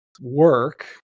work